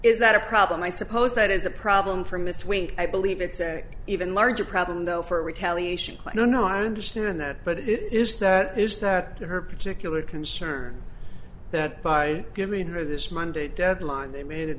is that a problem i suppose that is a problem for miss week i believe it's a even larger problem though for retaliation i know i understand that but it is that is that her particular concern that by giving her this monday deadline they made it